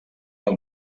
del